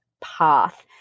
path